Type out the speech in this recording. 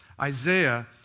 Isaiah